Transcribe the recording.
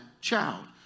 child